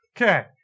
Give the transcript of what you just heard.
Okay